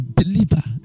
believer